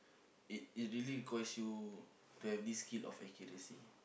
it it really requires you to have this skill of accuracy